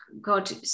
God